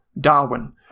Darwin